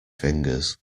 fingers